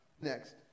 next